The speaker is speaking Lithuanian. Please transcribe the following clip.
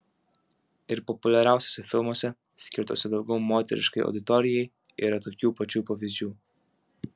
ir populiariuose filmuose skirtuose daugiau moteriškai auditorijai yra tokių pačių pavyzdžių